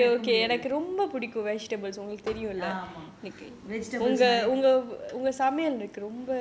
எனக்கு கோழி:enakku kozhi curry இல்லாம இருக்க முடியாது ஆமா:illaama irukka mudiyaathu aama